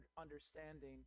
understanding